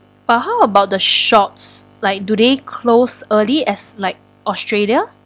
but how about the shops like do they close early as like australia